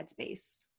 headspace